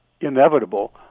inevitable